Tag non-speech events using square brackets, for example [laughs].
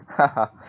[laughs]